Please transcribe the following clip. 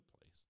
place